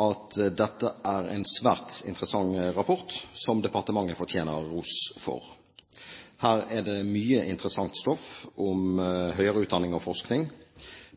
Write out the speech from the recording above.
at dette er en svært interessant rapport, som departementet fortjener ros for. Her er det mye interessant stoff om høyere utdanning og forskning,